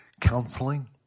Counseling